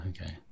Okay